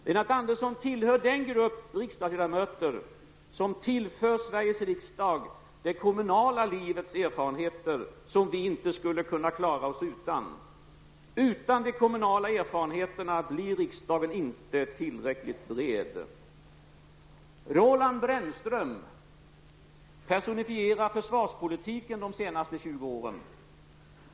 Lennart Andersson tillhör den grupp av riksdagsledamöter som tillför Sveriges riksdag det kommunala livets erfarenheter, som vi inte skulle klara oss utan. Utan de kommunala erfarenheterna blir riksdagen inte tillräckligt bred. Roland Brännström personifierar försvarspolitiken de senaste 20 åren.